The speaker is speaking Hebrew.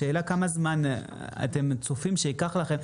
השאלה היא כמה זמן אתם צופים שייקח לכם.